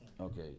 Okay